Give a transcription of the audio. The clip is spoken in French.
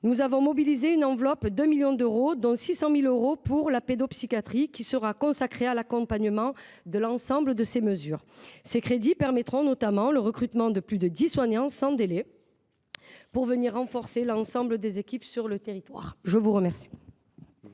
nous avons mobilisé une enveloppe de 1 million d’euros, dont 600 000 euros pour la pédopsychiatrie, enveloppe qui sera consacrée à l’accompagnement de l’ensemble de ces mesures. Ces crédits permettront notamment le recrutement sans délai de plus de dix soignants pour venir renforcer l’ensemble des équipes sur le territoire. La parole